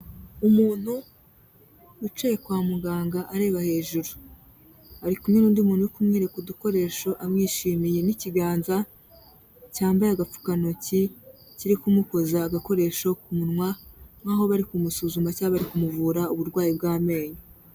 Umuntu wicaye kwa muganga areba hejuru, ari kumwe n'undi muntu uri kumwereka udukoresho amwishimiye, n'ikiganza cyambaye agapfukantoki kiri kumukoza agakoresho ku munwa nk'aho bari kumusuzuma cyangwa bari kumuvura uburwayi bw'amenyo.